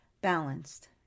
balanced